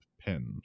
pen